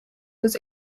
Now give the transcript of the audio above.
was